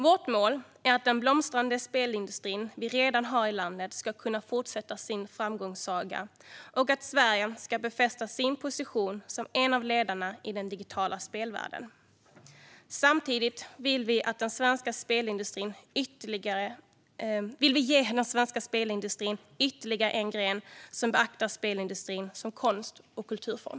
Vårt mål är att den blomstrande spelindustrin Sverige redan ska kunna fortsätta sin framgångssaga och att Sverige ska befästa sin position som en av ledarna i den digitala spelvärlden. Samtidigt vill vi ge den svenska spelindustrin ytterligare en gren som beaktar denna industri som en konst och kulturform.